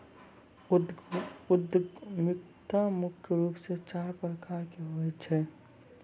उद्यमिता मुख्य रूप से चार प्रकार के होय छै